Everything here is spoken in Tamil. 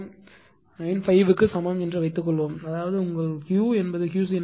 95 க்கு சமம் என்று வைத்துக்கொள்வோம் அதாவது உங்கள் Q என்பது QC0 0